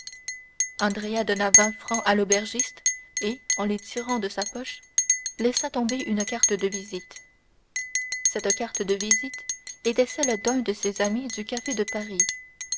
donna vingt francs à l'aubergiste et en les tirant de sa poche laissa tomber une carte de visite cette carte de visite était celle d'un de ses amis du café de paris